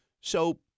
So-